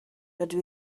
rydw